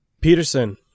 Peterson